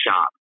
shop